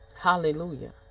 Hallelujah